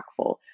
impactful